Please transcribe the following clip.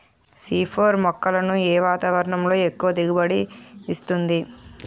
C four మొక్కలను ఏ వాతావరణంలో ఎక్కువ దిగుబడి ఇస్తుంది?